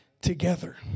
Together